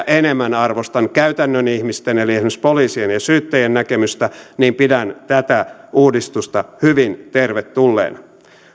enemmän arvostan käytännön ihmisten eli esimerkiksi poliisien ja syyttäjien näkemystä niin pidän tätä uudistusta hyvin tervetulleena